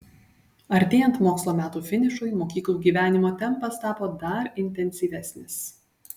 artėjant mokslo metų finišui mokyklų gyvenimo tempas tapo dar intensyvesnis